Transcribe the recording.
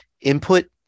input